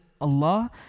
Allah